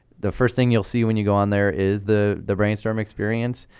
the first thing you'll see when you go on there is the the brainstorm experience.